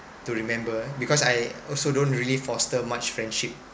to remember because I also don't really foster much friendship